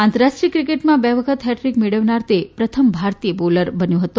આંતરરાષ્ટ્રીય ક્રિકેટમાં બે વખત હેટ્રીક મેળવનાર તે પ્રથમ ભારતીય બોલર બન્યો છે